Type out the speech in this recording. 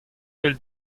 fell